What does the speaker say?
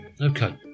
Okay